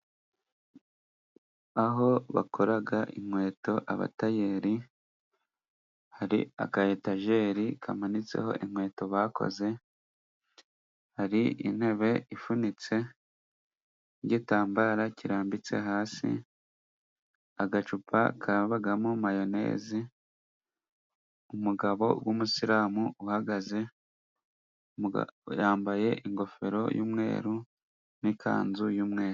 Aho bakora inkweto abatayeri, har'aka etajeri kamanitseho inkweto bakoze, har'intebe ifunitse n'igitambaro kirambitse hasi, agacupa kabamo mayonezi, umugabo w'umusiramu uhagaze yambaye ingofero y'umweru n'ikanzu y'umweru.